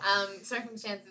circumstances